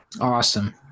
awesome